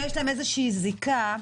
יש להם זיקה כלשהי?